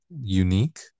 unique